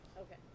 Okay